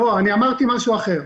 לא, אמרתי משהו אחר.